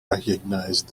recognized